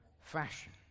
fashion